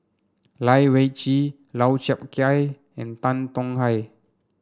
Lai Weijie Lau Chiap Khai and Tan Tong Hye